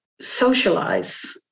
socialize